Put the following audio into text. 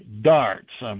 darts